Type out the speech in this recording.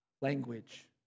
Language